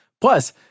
Plus